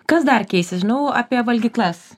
kas dar keisis žinau apie valgyklas